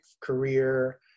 career